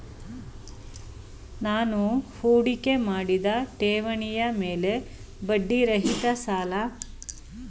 ನಾನು ಹೂಡಿಕೆ ಮಾಡಿದ ಠೇವಣಿಯ ಮೇಲೆ ಬಡ್ಡಿ ರಹಿತ ಸಾಲ ಪಡೆಯಬಹುದೇ?